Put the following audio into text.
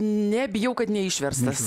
ne bijau kad neišverstas